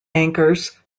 anchors